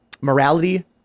morality